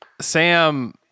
Sam